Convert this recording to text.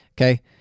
okay